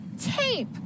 tape